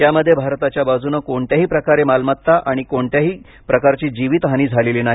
यामध्ये भारताच्याबाजूने कोणत्याही प्रकारे मालमत्ता आणि कोणत्याही जीवितहानी झालेली नाही